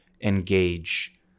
engage